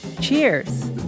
Cheers